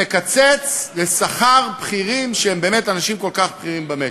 ומקצץ שכר לבכירים שהם באמת אנשים כל כך בכירים במשק?